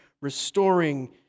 restoring